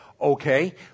Okay